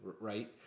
right